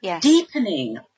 deepening